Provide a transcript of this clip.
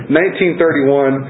1931